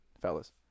Fellas